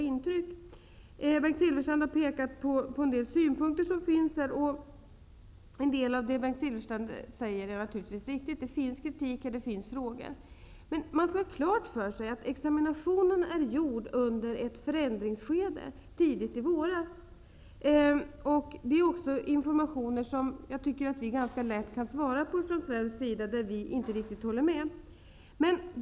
Bengt Silfverstrand har pekat på en del framlagda synpunkter, och en del av det Bengt Silfverstrand säger är naturligtvis riktigt. Det finns kritik och det finns frågor. Man skall emellertid ha klart för sig att examinationen är gjord under ett förändringsskede tidigt i våras. Jag tror att vi från svensk sida enkelt kan förklarapå det som vi inte riktigt håller med om.